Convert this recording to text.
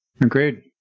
Agreed